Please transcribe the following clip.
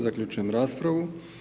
Zaključujem raspravu.